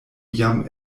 jam